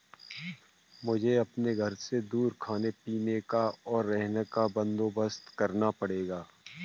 मुझे अपने घर से दूर खाने पीने का, और रहने का बंदोबस्त करना पड़ेगा